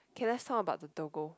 can I talk about the Doggo